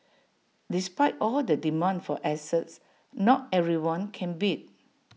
despite all the demand for assets not everyone can bid